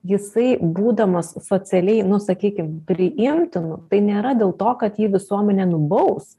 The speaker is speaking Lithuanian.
jisai būdamas socialiai nu sakykim priimtinu tai nėra dėl to kad jį visuomenė nubaus